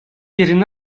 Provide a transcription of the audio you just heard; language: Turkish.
yerine